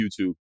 YouTube